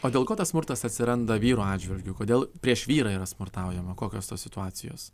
o dėl ko tas smurtas atsiranda vyro atžvilgiu kodėl prieš vyrą yra smurtaujama kokios tos situacijos